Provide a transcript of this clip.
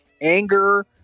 Anger